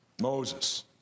Moses